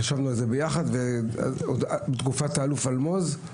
חשבנו על זה יחד בתקופת האלוף אלמוז.